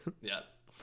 yes